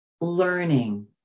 learning